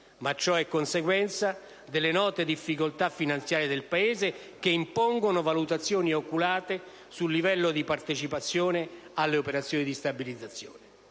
ma ciò è conseguenza delle note difficoltà finanziarie del Paese che impongono valutazioni oculate sul livello di partecipazione alle operazioni di stabilizzazione.